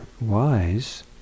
wise